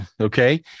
Okay